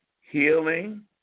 healing